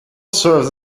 serves